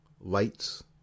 lights